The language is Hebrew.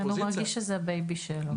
הוא מרגיש שזה הבייבי שלו.